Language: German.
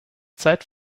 zeit